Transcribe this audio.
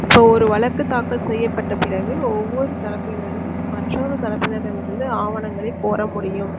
இப்போது ஒரு வழக்கு தாக்கல் செய்யப்பட்ட பிறகு ஒவ்வொரு தரப்பினரும் மற்றொரு தரப்பினரிடமிருந்து ஆவணங்களை கோர முடியும்